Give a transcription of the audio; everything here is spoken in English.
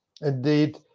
Indeed